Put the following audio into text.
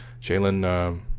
Jalen